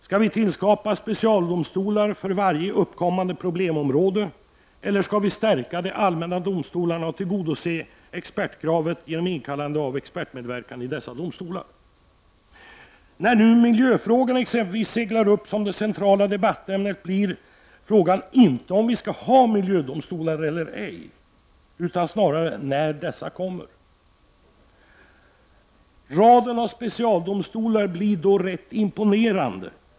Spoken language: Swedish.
Skall vi tillskapa specialdomstolar för varje uppkommande problemområde eller skall vi stärka de allmänna domstolarna och tillgodose expertkravet genom att tillkalla experter i dessa domstolar? När exempelvis miljöfrågorna nu seglar upp som centralt debattämne blir frågan inte om vi skall ha miljödomstolar eller ej, utan snarare när dessa kommer. Raden av specialdomstolar blir ganska imponerande.